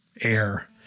air